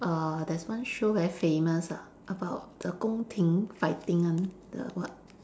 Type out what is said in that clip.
err there's one show very famous ah about the 宫廷 fighting one the what